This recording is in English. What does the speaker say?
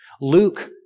Luke